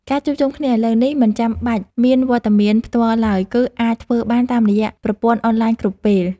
ការជួបជុំគ្នាឥឡូវនេះមិនចាំបាច់មានវត្តមានផ្ទាល់ឡើយ គឺអាចធ្វើបានតាមរយៈប្រព័ន្ធអនឡាញគ្រប់ពេល។